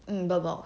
mm bird box